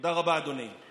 תודה רבה, אדוני.